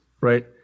right